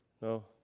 No